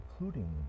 including